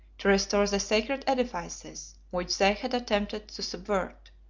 to restore the sacred edifices which they had attempted to subvert.